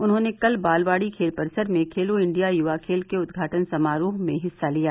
उन्होंने कल बालवाड़ी खेल परिसर में खेलो इंडिया युवा खेल के उद्घाटन समारोह में हिस्सा लिया